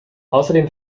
außerdem